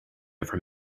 from